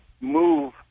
move